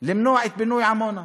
למנוע את פינוי עמונה.